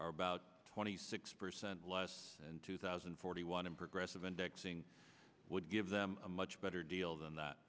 are about twenty six percent less in two thousand and forty one and progressive indexing would give them a much better deal than that